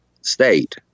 state